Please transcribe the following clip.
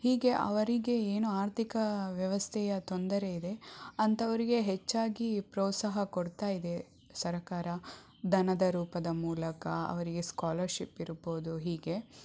ಹೀಗೆ ಅವರಿಗೆ ಏನು ಆರ್ಥಿಕ ವ್ಯವಸ್ಥೆಯ ತೊಂದರೆ ಇದೆ ಅಂಥವರಿಗೆ ಹೆಚ್ಚಾಗಿ ಪ್ರೋತ್ಸಾಹ ಕೊಡ್ತಾ ಇದೆ ಸರ್ಕಾರ ಧನದ ರೂಪದ ಮೂಲಕ ಅವರಿಗೆ ಸ್ಕಾಲರ್ಷಿಪ್ ಇರಬಹುದು ಹೀಗೆ